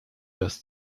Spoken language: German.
dass